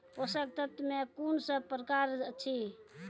पोसक तत्व मे कून सब प्रकार अछि?